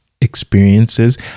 experiences